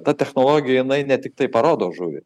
ta technologija jinai ne tiktai parodo žuvį